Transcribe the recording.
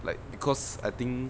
like because I think